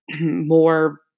more